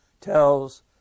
tells